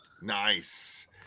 Nice